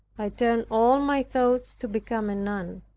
i turned all my thoughts to become a nun.